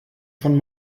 von